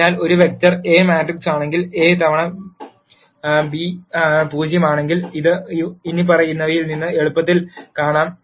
അതിനാൽ ഒരു vector A മാട്രിക്സാണെങ്കിൽ A തവണ β 0 ആണെങ്കിൽ ഇത് ഇനിപ്പറയുന്നവയിൽ നിന്ന് എളുപ്പത്തിൽ കാണാം